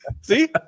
See